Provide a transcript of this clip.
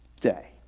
day